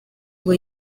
ngo